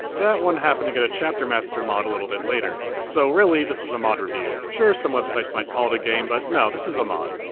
that one happened to get a chapter master mod a little bit later. so, really, this is a mod review. sure, some websites might call it a game, but no, this is a mod.